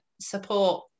support